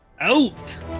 out